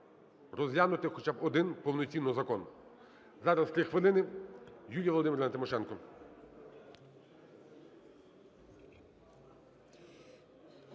розглянути хоча б один повноцінно закон. Зараз 3 хвилини – Юлія Володимирівна Тимошенко.